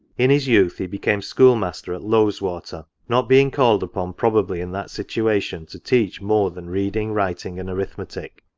in his youth he became schoolmaster at lowes-water not being called upon, probably, in that situation, to teach more than reading, writing, and arithmetic.